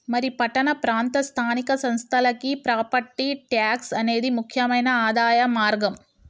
మరి పట్టణ ప్రాంత స్థానిక సంస్థలకి ప్రాపట్టి ట్యాక్స్ అనేది ముక్యమైన ఆదాయ మార్గం